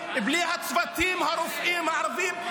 בלי הצוותים הרפואיים הערבים,